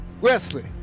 Wesley